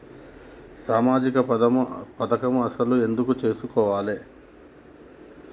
సామాజిక పథకం అసలు మనం ఎందుకు చేస్కోవాలే?